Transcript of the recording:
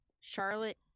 Charlotte